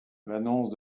l’annonce